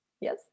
Yes